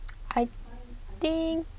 I think